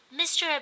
Mr